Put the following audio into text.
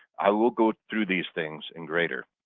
i will go through these things in greater.